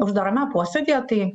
uždarame posėdyje tai